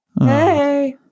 Hey